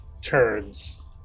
turns